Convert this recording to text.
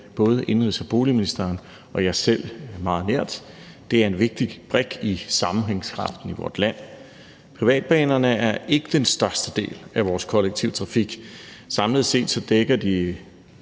både indenrigs- og boligministeren og mig selv meget nært. Det er en vigtig brik i sammenhængskraften i vort land. Privatbanerne er ikke den største del af vores kollektive trafik. Samlet set dækker de